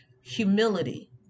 humility